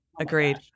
Agreed